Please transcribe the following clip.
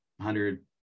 hundred